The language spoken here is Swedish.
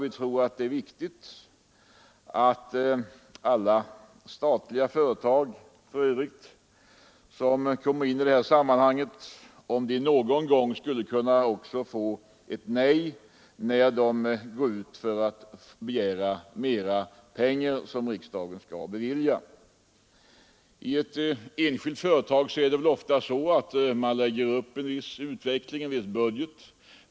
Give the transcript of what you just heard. Vi tror att det är nyttigt för alla statliga företag som kommer in i detta sammanhang, om de någon gång också skulle kunna få ett nej när de begär mer pengar som riksdagen skall bevilja. I ett enskilt företag lägger man upp en viss budget.